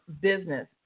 business